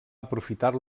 aprofitar